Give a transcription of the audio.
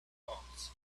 cloths